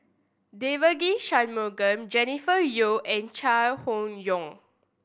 Devagi Sanmugam Jennifer Yeo and Chai Hon Yoong